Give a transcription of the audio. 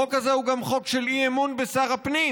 החוק הזה הוא גם חוק של אי-אמון בשר הפנים,